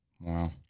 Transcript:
Wow